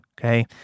okay